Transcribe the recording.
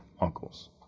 uncles